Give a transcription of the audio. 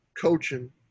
coaching